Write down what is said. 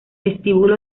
vestíbulo